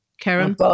Karen